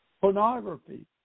pornography